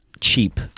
cheap